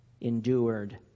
endured